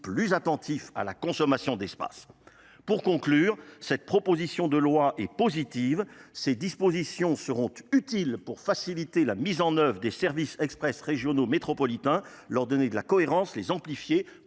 plus attentif à la consommation d'espace pour conclure cette proposition de loi est positive. Ces dispositions seront utiles pour faciliter la mise en œuvre des services express régionaux métropolitains, leur donner de la cohérence, de la